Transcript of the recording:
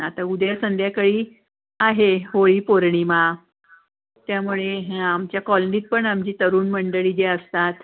आता उद्या संध्याकाळी आहे होळी पौर्णिमा त्यामुळे हां आमच्या कॉलनीत पण आमची तरुण मंडळी जे असतात